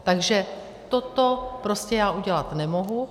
Takže toto prostě já udělat nemohu.